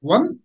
One